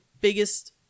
biggest